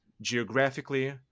geographically